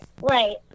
right